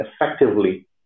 effectively